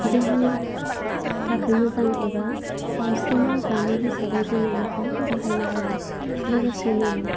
देहानि थाखाय मोजां एबा सावस्रिनां जामुं हिसाबै जोङो बेखौ बाहायनो हायो लोगोसेनो